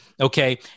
Okay